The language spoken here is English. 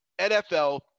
NFL